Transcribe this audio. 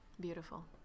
Beautiful